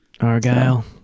Argyle